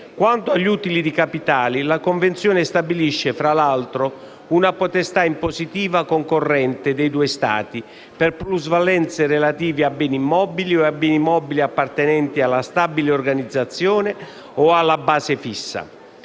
Quanto agli utili di capitale, la Convenzione stabilisce, fra l'altro, una potestà impositiva concorrente dei due Stati per plusvalenze relative a beni immobili o a beni mobili appartenenti alla stabile organizzazione o alla base fissa.